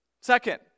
Second